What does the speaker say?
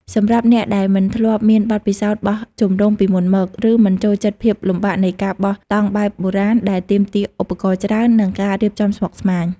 សម្រាប់អ្នកដែលមិនធ្លាប់មានបទពិសោធន៍បោះជំរុំពីមុនមក ឬមិនចូលចិត្តភាពលំបាកនៃការបោះតង់បែបបុរាណ ដែលទាមទារឧបករណ៍ច្រើន និងការរៀបចំស្មុគស្មាញ។